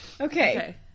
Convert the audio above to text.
Okay